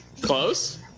Close